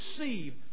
receive